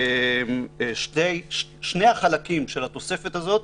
שני החלקים של התוספת הזאת,